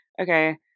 okay